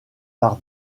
par